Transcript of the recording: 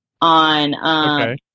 on